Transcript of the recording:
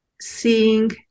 seeing